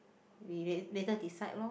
we later decide loh